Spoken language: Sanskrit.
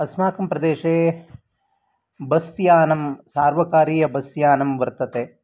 अस्माकं प्रदेशे बस् यानं सार्वकारीय बस् यानं वर्तते